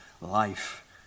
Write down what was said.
life